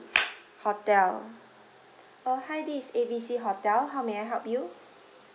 hotel oh hi this is A B C hotel how may I help you